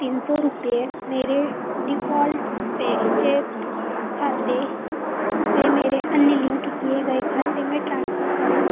तीन सौ रुपये मेरे डिफ़ॉल्ट पेज़ैप खाते से मेरे अन्य लिंक किए गए खाते में ट्रांसफ़र करें